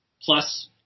plus